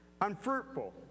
unfruitful